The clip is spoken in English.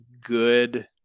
good